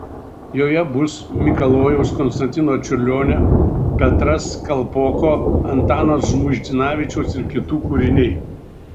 joje bus mikalojaus konstantino čiurlionio petras kalpoko antano žmuidzinavičiaus kitų kūriniai